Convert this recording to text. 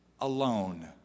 alone